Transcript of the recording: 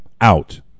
out